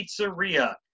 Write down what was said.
pizzeria